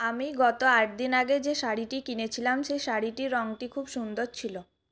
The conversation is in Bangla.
আমি গত আটদিন আগে যে শাড়িটি কিনেছিলাম সেই শাড়িটির রঙটি খুব সুন্দর ছিল